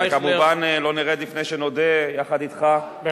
וכמובן, לא נרד לפני שנודה, יחד אתך,